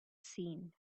seen